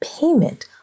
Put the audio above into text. payment